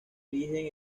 origen